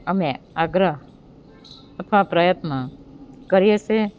અમે આગ્રહ અથવા પ્રયત્ન કરીએ છે